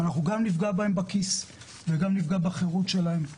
אנחנו נפגע להם גם בכיס וגם בחירות שלהם.